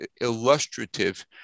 illustrative